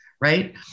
Right